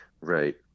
Right